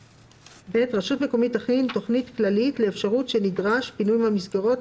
" רשות מקומית תכין תכנית כללית לאפשרות שנדרש פינוי מסגרות